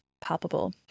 palpable